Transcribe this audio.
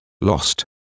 lost